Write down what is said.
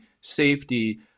safety